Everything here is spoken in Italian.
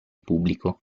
pubblico